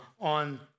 on